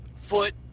foot